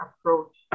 approach